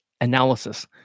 analysis